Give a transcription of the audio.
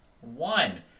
one